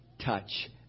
touch